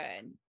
good